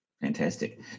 fantastic